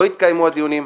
לא התקיימו הדיונים.